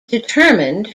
determined